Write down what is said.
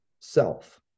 self